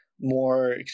more